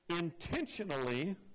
Intentionally